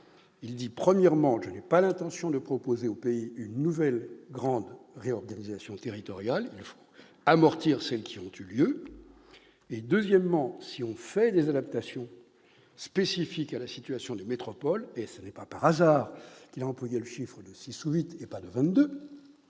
pays. Premièrement, il n'a pas l'intention de proposer une nouvelle grande réorganisation territoriale, préférant amortir celles qui ont eu lieu.